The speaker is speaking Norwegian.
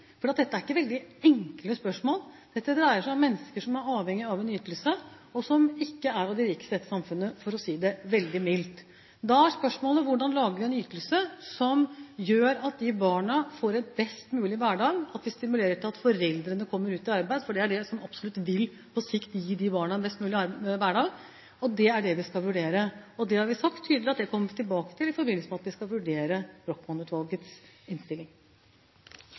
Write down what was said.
beslutning, for dette er ikke veldig enkle spørsmål. Dette dreier seg om mennesker som er avhengige av en ytelse, og som ikke er av de rikeste i dette samfunnet, for å si det veldig mildt. Da er spørsmålet: Hvordan lager vi en ytelse som gjør at disse barna får en best mulig hverdag, og som stimulerer til at foreldrene kommer ut i arbeid? Det er det som på sikt absolutt vil gi disse barna en best mulig hverdag, og det er det vi skal vurdere. Vi har sagt tydelig at det vil vi komme tilbake til i forbindelse med at vi skal vurdere Brochmann-utvalgets innstilling.